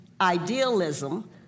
idealism